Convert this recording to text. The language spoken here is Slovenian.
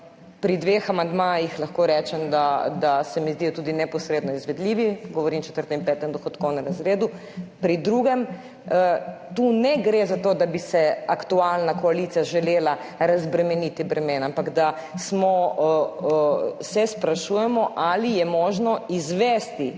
pri dveh amandmajih lahko rečem, da se mi zdijo tudi neposredno izvedljivi. Govorim o četrtem in petem dohodkovnem razredu. Pri drugem ne gre za to, da bi se aktualna koalicija želela razbremeniti bremena, ampak se sprašujemo, ali je možno izvesti